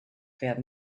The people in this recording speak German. werden